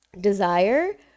desire